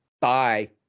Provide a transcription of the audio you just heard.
bye